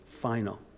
final